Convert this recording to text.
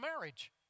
marriage